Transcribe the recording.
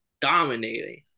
dominating